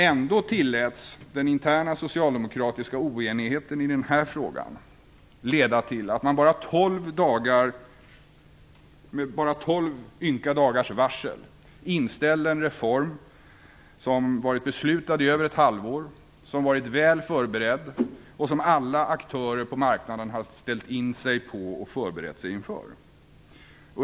Ändå tilläts den interna socialdemokratiska oenigheten i den här frågan leda till att man med bara tolv ynka dagars varsel inställde en reform som varit beslutad i över ett halvår, som varit väl förberedd och som alla aktörer på marknaden har ställt in sig på och förberett sig inför.